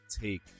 take